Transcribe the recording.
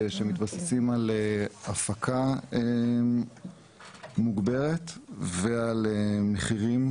שמתבססים על הפקה מוגברת ועל מחירים